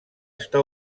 està